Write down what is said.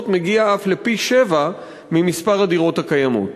מגיע אף לפי-שבעה ממספר הדירות הקיימות.